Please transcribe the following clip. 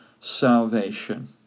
salvation